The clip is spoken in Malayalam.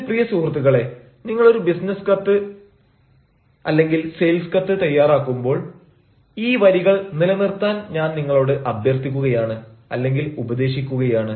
എന്റെ പ്രിയ സുഹൃത്തുക്കളെ നിങ്ങൾ ഒരു ബിസിനസ് കത്ത് അല്ലെങ്കിൽ സെയിൽസ് കത്ത് തയ്യാറാക്കുമ്പോൾ ഈ വരികൾ നിലനിർത്താൻ ഞാൻ നിങ്ങളോട് അഭ്യർത്ഥിക്കുകയാണ് അല്ലെങ്കിൽ ഉപദേശിക്കുകയാണ്